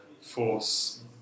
force